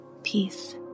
peace